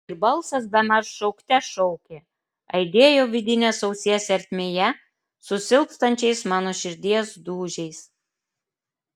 ir balsas bemaž šaukte šaukė aidėjo vidinės ausies ertmėje su silpstančiais mano širdies dūžiais